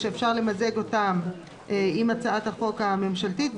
שאפשר למזג אותן עם הצעת החוק הממשלתית,